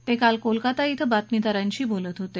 ते काल कोलकाता धिं बातमीदारांशी बोलत होते